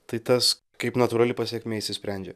tai tas kaip natūrali pasekmė išsisprendžia